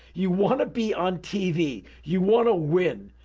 you want to be on tv. you want to win.